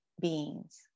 beings